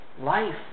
life